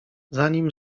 zanim